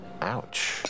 Ouch